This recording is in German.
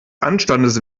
anstandes